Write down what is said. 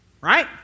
Right